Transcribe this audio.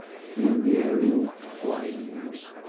funererial claims,